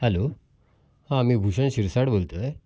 hello हां मी भूषण शिरसाट बोलतो आहे